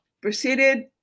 proceeded